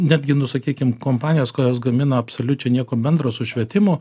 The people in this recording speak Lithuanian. netgi nu sakykim kompanijos kurios gamina absoliučiai nieko bendro su švietimu